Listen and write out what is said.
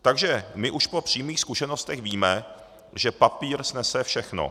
Takže my už po přímých zkušenostech víme, že papír snese všechno.